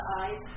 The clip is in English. eyes